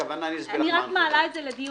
אני רק מעלה את זה לדיון.